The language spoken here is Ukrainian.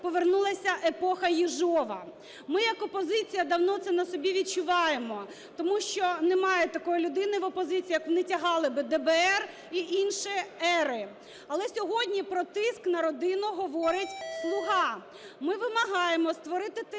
повернулася епоха Єжова. Ми як опозиція давно це на собі відчуваємо, тому що немає такої людини в опозиції, яку не тягали би в ДБР і інші "ери". Але сьогодні про тиск на родину говорить "слуга". Ми вимагаємо створити ТСК